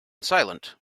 silent